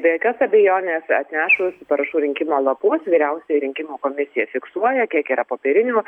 be jokios abejonės atnešus parašų rinkimo lapus vyriausioji rinkimų komisija fiksuoja kiek yra popierinių